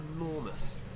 enormous